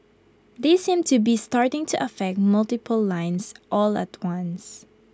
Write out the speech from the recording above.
they seem to be starting to affect multiple lines all at once